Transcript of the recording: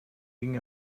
ging